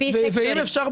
ואם אפשר,